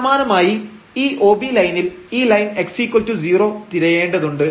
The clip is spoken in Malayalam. സമാനമായി ഈ OB ലൈനിൽ ഈ ലൈൻ x0 തിരയേണ്ടതുണ്ട്